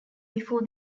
before